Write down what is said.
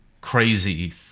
crazy